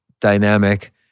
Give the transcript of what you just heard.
dynamic